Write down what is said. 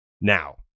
now